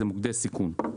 אלה מוקדי סיכון.